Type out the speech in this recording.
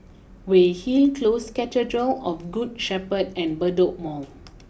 Weyhill close Cathedral of good Shepherd and Bedok Mall